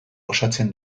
osatzen